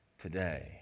today